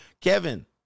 kevin